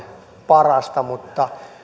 parasta mutta